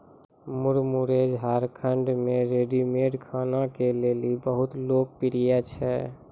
मुरमुरे झारखंड मे रेडीमेड खाना के लेली बहुत लोकप्रिय छै